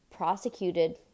prosecuted